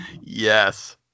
Yes